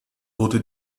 wurde